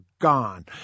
gone